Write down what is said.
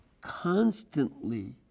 constantly